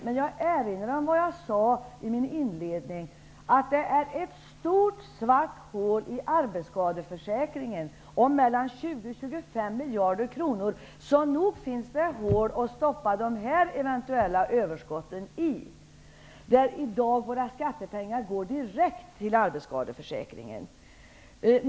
Men jag erinrar om det jag sade i mitt inledningsanförande, att det är ett stort svart hål i arbetsskadeförsäkringen på mellan 20 och 25 miljarder kronor. Nog finns det hål att stoppa de eventuella överskotten i. I dag går våra skattepengar direkt till arbetsskadeförsäkringen.